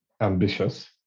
ambitious